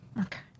Okay